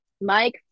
mike